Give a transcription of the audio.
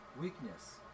Weakness